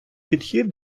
підхід